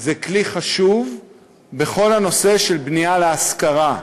זה כלי חשוב בכל הנושא של בנייה להשכרה,